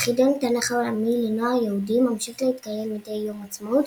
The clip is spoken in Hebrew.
אך חידון התנ"ך העולמי לנוער יהודי ממשיך להתקיים מדי יום עצמאות,